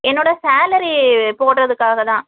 என்னோட சாலரி போடுகிறதுக்காக தான்